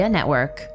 Network